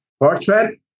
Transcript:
Portrait